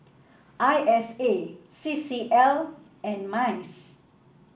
I S A C C L and MICE